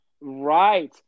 Right